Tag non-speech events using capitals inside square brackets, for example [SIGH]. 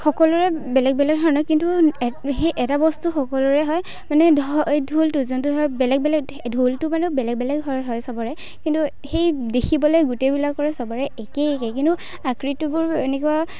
সকলোৰে বেলেগ বেলেগ ধৰণৰ কিন্তু [UNINTELLIGIBLE] সেই এটা বস্তু সকলোৰে হয় মানে ঢ ঢোলটো যোনটো ধৰক বেলেগ বেলেগ ঢোলটো বাৰু বেলেগ বেলেগ ধৰক হয় চবৰে কিন্তু সেই দেখিবলৈ গোটেইবিলাকৰে চবৰে একেই একেই কিন্তু আকৃতিবোৰ এনেকুৱা